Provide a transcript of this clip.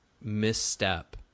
misstep